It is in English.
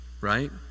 right